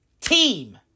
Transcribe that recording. team